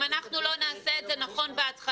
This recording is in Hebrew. אם אנחנו לא נעשה את זה נכון בהתחלה,